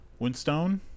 Winstone